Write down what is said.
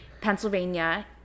Pennsylvania